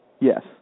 Yes